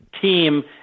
team